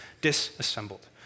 disassembled